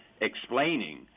explaining